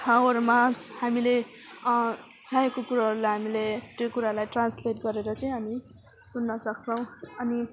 ठाउँहरूमा हामीले चाहेको कुराहरूलाई हामीले त्यो कुरालाई ट्रान्सलेट गरेर चाहिँ हामी सुन्न सक्छौँ अनि